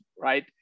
right